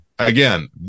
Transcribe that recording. again